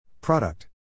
Product